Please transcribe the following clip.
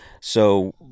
So-